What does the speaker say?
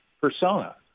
persona